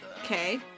okay